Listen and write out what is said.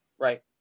Right